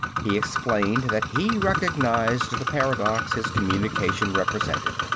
he explained that he recognized the paradox his communication represented.